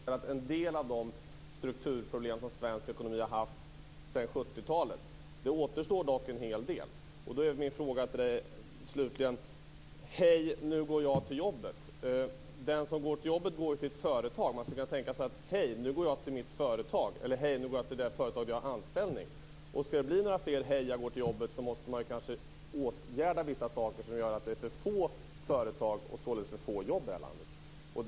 Fru talman! Jag är jätteglad över att en del av de strukturproblem som svensk ekonomi haft sedan 70 talet har åtgärdats. Det återstår dock en hel del. När det gäller det som nyss sades - hej, nu går jag till jobbet - skulle man kunna tänka sig att den som går till jobbet säger: Hej, nu går jag till mitt företag. Eller också säger kanske den som går till jobbet: Hej, nu går jag till det företag där jag har min anställning. För att det ska bli mer av detta med hej, jag går till jobbet måste man dock kanske åtgärda vissa saker som gör att det är för få företag och således för få jobb i vårt land.